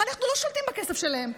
אנחנו לא שולטים בכסף שלהם,